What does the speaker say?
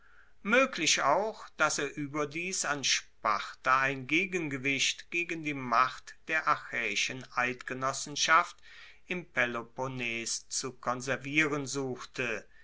moeglich auch dass er ueberdies an sparta ein gegengewicht gegen die macht der achaeischen eidgenossenschaft im peloponnes zu konservieren suchte